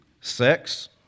Sex